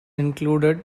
included